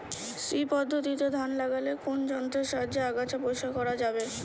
শ্রী পদ্ধতিতে ধান লাগালে কোন যন্ত্রের সাহায্যে আগাছা পরিষ্কার করা যাবে?